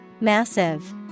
Massive